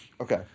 okay